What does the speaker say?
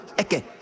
Eke